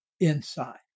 inside